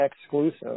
exclusive